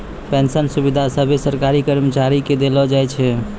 pension सुविधा सभे सरकारी कर्मचारी के देलो जाय छै